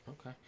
Okay